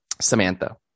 Samantha